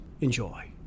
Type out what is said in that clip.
Enjoy